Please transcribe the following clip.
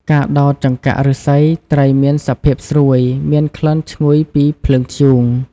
ការដោតចង្កាក់ឫស្សីត្រីមានសភាពស្រួយ មានក្លិនឈ្ងុយពីភ្លើងធ្យូង។